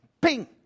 Ping